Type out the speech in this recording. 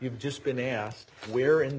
you've just been asked where in the